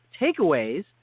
takeaways